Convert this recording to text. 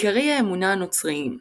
עיקרי האמונה הנוצריים הנצרות,